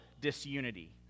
disunity